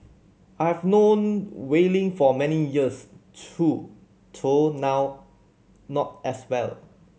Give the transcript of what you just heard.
I've known Wei Ling for many years too to now not as well